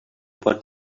pot